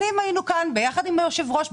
שנים היינו כאן ביחד עם היושב ראש,